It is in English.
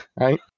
Right